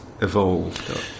evolved